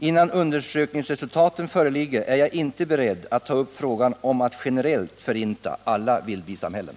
Innan undersökningsresultaten föreligger är jag inte beredd att ta upp frågan om att generellt förinta alla vildbisamhällen.